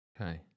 Okay